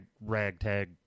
ragtag